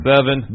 Seven